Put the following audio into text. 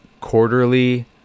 quarterly